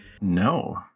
No